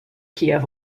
kiev